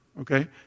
Okay